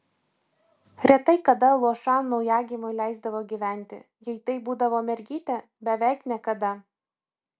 retai kada luošam naujagimiui leisdavo gyventi jei tai būdavo mergytė beveik niekada